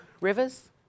Rivers